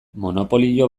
monopolio